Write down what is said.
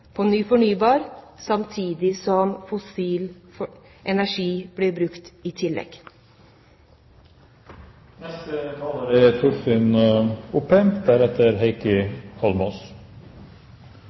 på ny fornybar, samtidig som fossil energi blir brukt i